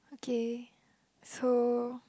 okay so